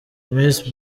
miss